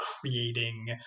creating